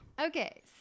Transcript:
Okay